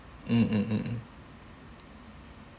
mm mm mm mm